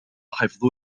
حفظ